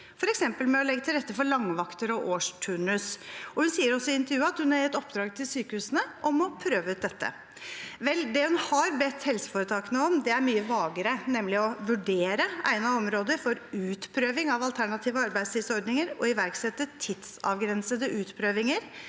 For eksempel med å legge til rette for langvakter og årsturnus.» Hun sier også i intervjuet at hun har gitt oppdrag til sykehusene om å prøve ut dette. Vel, det hun har bedt helseforetakene om, er mye vagere, nemlig å «vurdere egnede områder for utprøving av alternative arbeidstidsordninger, og iverksette tidsavgrensede utprøvinger